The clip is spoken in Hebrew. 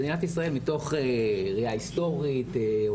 מדינת ישראל מתוך ראייה היסטורית או